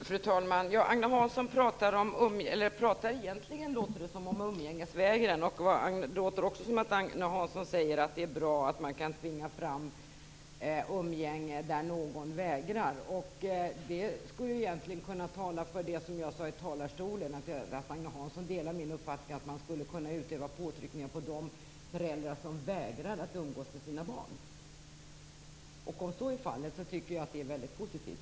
Fru talman! Agne Hansson pratar egentligen, låter det som, om umgängesvägran. Det låter också som att Agne Hansson säger att det är bra att man kan tvinga fram umgänge när någon vägrar. Det skulle egentligen kunna tala för det som jag sade i talarstolen; att Agne Hansson delar min uppfattning att man skulle kunna utöva påtryckningar mot de föräldrar som vägrar att umgås med sina barn. Om så är fallet tycker jag att det är väldigt positivt.